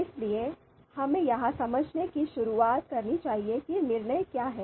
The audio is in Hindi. इसलिए हमें यह समझने की शुरुआत करनी चाहिए कि निर्णय क्या है